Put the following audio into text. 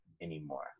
anymore